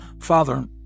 Father